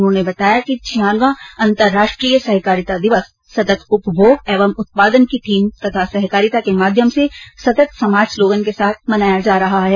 उन्होंने बताया कि छियानवां अन्तरराष्ट्रीय सहकारिता दिवस सतत उपभोग एवं उत्पादन की थीम तथा सहकारिता के माध्यम से सतत समाज स्लोगन के साथ मनाया जा रहा है